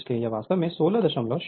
इसलिए यह वास्तव में 16085 किलोवाट है